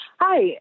Hi